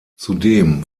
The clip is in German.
zudem